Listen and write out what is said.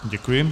Děkuji.